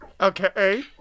Okay